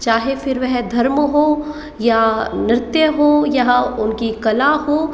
चाहे फिर वे धर्म हों या नृत्य हो या उन की कला हो